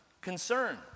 concern